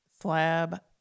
slab